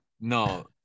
no